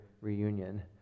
reunion